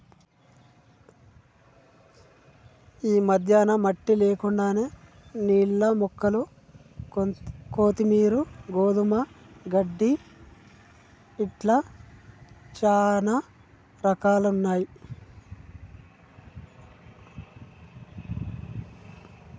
ఈ మధ్యన మట్టి లేకుండానే నీళ్లల్ల మొక్కలు కొత్తిమీరు, గోధుమ గడ్డి ఇట్లా చానా రకాలున్నయ్యి